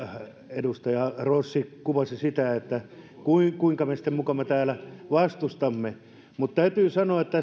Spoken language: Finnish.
edustaja rossi kuvasi sitä kuinka me mukamas täällä vastustamme mutta täytyy sanoa että